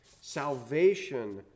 Salvation